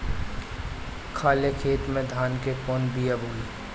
खाले खेत में धान के कौन बीया बोआई?